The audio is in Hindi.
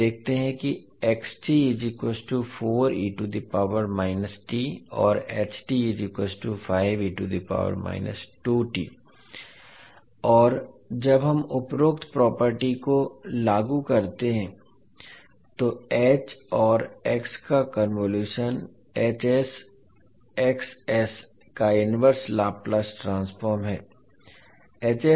आइए देखते हैं कि और 5 और जब हम उपरोक्त प्रॉपर्टी को लागू करते हैं तो h और x का कन्वोलुशन का इनवर्स लाप्लास ट्रांसफॉर्म है